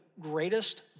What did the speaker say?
greatest